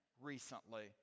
recently